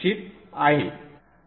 संदर्भ वेळ 2126